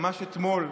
ממש אתמול.